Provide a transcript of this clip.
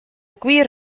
gwir